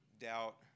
doubt